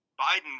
Biden